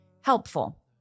helpful